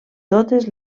totes